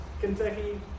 Kentucky